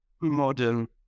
modern